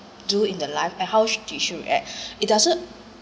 do in the life and how they should react it doesn't